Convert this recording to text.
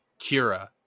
Kira